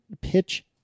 pitch